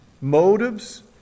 motives